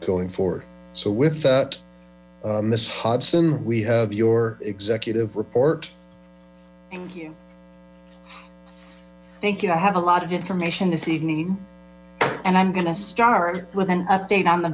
going forward so with that miss hodson we have your executive report thank you i have a lot of information this evening and i'm going to start with an update on the